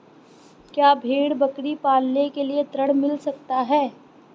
क्या भेड़ बकरी पालने के लिए ऋण मिल सकता है?